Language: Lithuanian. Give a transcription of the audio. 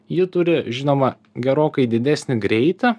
ji turi žinoma gerokai didesnį greitį